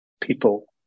people